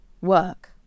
work